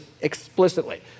explicitly